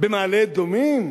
במעלה-אדומים?